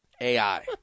AI